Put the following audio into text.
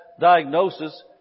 diagnosis